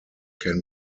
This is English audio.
can